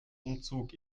umzug